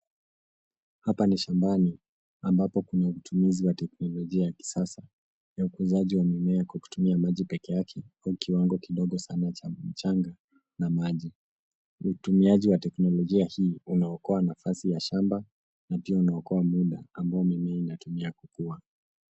Hapa ni shambani ambapo kuna utumizi wa teknolojia ya kisasa ya ukuzaji wa mimea kwa kutumia maji peke yake au kiwango kidogo sana cha mchanga na maji. Utumiaji wa teknolojia hii unaokoa nafasi ya shamba na pia inaokoa muda ambayo mimea inatumia kukua.